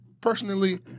personally